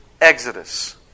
Exodus